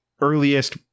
earliest